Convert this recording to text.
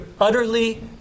utterly